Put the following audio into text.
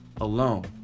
alone